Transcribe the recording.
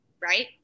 right